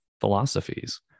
philosophies